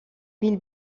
bill